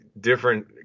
different